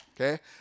okay